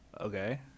Okay